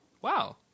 Wow